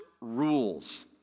rules